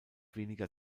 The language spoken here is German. weniger